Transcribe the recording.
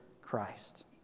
Christ